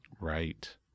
Right